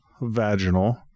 vaginal